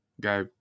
guy